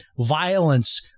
violence